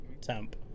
temp